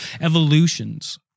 evolutions